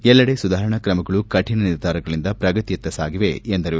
ಎಲ್ಲೆಡೆ ಸುಧಾರಣಾ ಕ್ರಮಗಳು ಕಠಿಣ ನಿರ್ಧಾರಗಳಿಂದ ಪ್ರಗತಿಯತ್ತ ಸಾಗಿದೆ ಎಂದರು